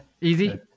easy